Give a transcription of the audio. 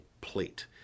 plate